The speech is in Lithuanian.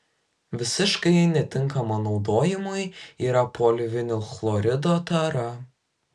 visiškai netinkama naudojimui yra polivinilchlorido tara